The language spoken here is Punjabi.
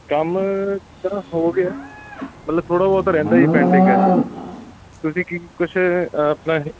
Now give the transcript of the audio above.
ਕੰਮ ਤਾਂ ਹੋ ਗਿਆ ਮਤਲਬ ਥੋੜ੍ਹਾ ਬਹੁਤ ਰਹਿੰਦਾ ਜੀ ਪੈਂਡਿੰਗ ਤੁਸੀਂ ਕੀ ਕੁਛ ਆਪਣਾ